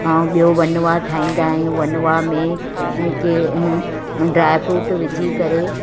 ऐं ॿियों वनवा ठहींदा आहियूं वनवा में के ड्राईफ्रूट विझी करे